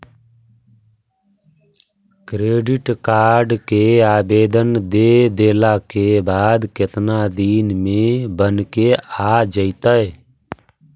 Credit card के आवेदन दे देला के बाद केतना दिन में बनके आ जइतै?